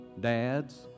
Dads